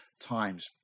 times